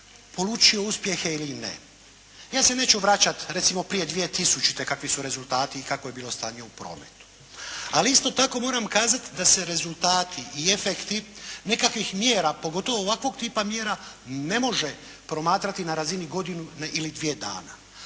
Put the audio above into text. polučio uspjehe ili ne? Ja se neću vraćat recimo prije 2000. kakvi su rezultati i kakvo je bilo stanje u prometu? Ali isto tako moram kazat da se rezultati i efekti nekakvih mjera, pogotovo ovakvog tipa mjera, ne može promatrati na razini godinu ili dvije dana.